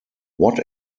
what